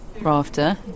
Rafter